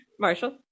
Marshall